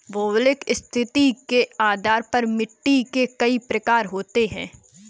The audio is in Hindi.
भौगोलिक स्थिति के आधार पर मिट्टी के कई प्रकार होते हैं